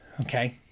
Okay